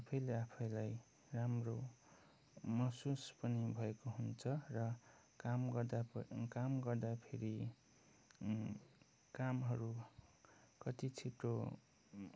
आफैले आफैलाई राम्रो महसुस पनि भएको हुन्छ र काम गर्दाखेरि कामहरू कति छिटो